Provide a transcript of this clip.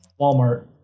Walmart